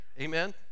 Amen